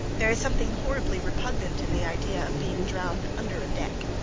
there is something horribly repugnant in the idea of being drowned under a deck.